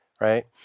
right